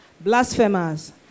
Blasphemers